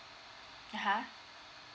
(uh huh)